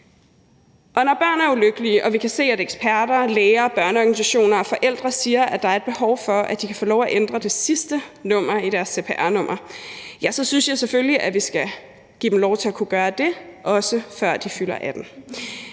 Når børn er ulykkelige og vi hører eksperter, læger, børneorganisationer og forældre sige, at der er et behov for, at de kan få lov at ændre det sidste nummer i deres cpr-nummer, synes jeg selvfølgelig, at vi skal dem lov til at kunne gøre det, også før de fylder 18 år.